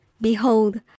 Behold